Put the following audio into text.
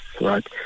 right